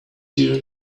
here